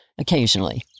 occasionally